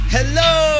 Hello